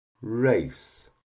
race